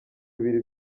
bibiri